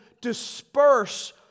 disperse